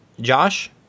Josh